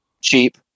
cheap